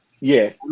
Yes